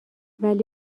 ولی